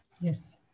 Yes